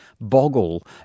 Boggle